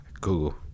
Google